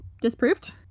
disproved